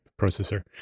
processor